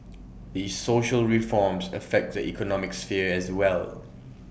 these social reforms affect the economic sphere as well